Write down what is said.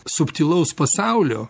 subtilaus pasaulio